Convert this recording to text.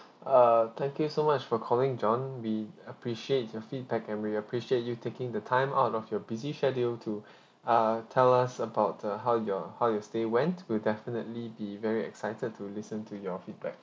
err thank you so much for calling john we appreciates your feedback and we appreciate you taking the time out of your busy schedule to err tell us about the how your how your stay went we'll definitely be very excited to listen to your feedback